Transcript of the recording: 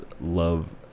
love